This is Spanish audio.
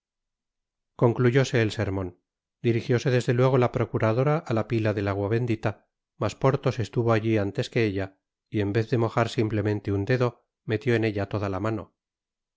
concluyóse el sermon dirigióse desde luego la procuradora á la pila del agua bendita mas porthos estuvo alli antes que ella y en vez de mojar simplemente un dedo metió en ella toda la mano